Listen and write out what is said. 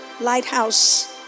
Lighthouse